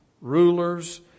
rulers